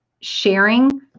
sharing